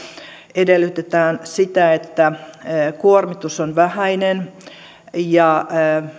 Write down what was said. edellytetään sitä että kuormitus on vähäinen ja